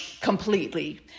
completely